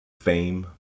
fame